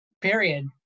period